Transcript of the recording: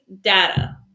data